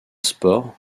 sport